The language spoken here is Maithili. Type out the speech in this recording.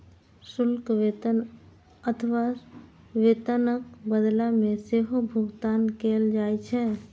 शुल्क वेतन अथवा वेतनक बदला मे सेहो भुगतान कैल जाइ छै